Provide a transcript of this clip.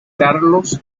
carlos